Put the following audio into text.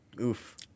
Oof